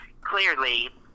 clearly